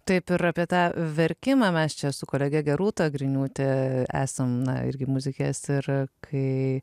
taip ir apie tą verkimą mes čia su kolege rūta griniūtė esam na ir kaip muzikės ir kai